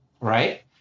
right